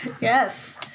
Yes